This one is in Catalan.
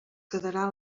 quedarà